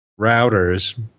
routers